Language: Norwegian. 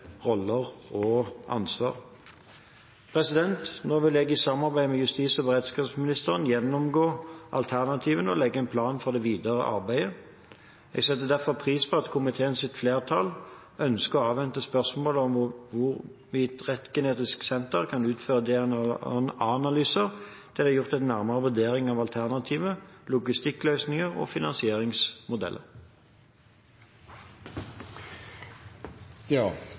roller og ansvar. Nå vil jeg i samarbeid med justis- og beredskapsministeren gjennomgå alternativene og legge en plan for det videre arbeidet. Jeg setter derfor pris på at komiteens flertall ønsker å avvente spørsmålet om hvorvidt Rettsgenetisk senter kan utføre DNA-analyser til det er gjort en nærmere vurdering av alternativer, logistikkløsninger og